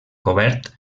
cobert